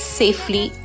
safely